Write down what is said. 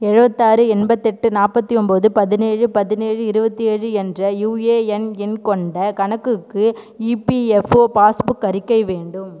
எழுபத்தாறு எண்பத்தெட்டு நாற்பத்தி ஒம்போது பதினேழு பதினேழு இருபத்தி ஏழு என்ற யூஏஎன் எண் கொண்ட கணக்குக்கு இபிஎஃப்ஓ பாஸ்புக் அறிக்கை வேண்டும்